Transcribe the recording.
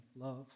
love